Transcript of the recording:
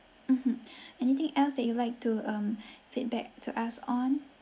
mmhmm anything else that you'd like to um feedback to us on